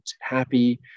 happy